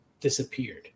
disappeared